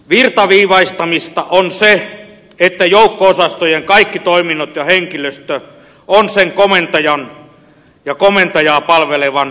virtaviivaistamista on se että joukko osastojen kaikki toiminnot ja henkilöstö ovat sen komentajan ja komentajaa palvelevan esikunnan johtamia